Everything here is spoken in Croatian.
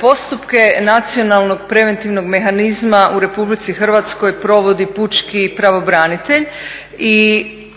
Postupke nacionalnog preventivnog mehanizma u RH provodi pučki pravobranitelj i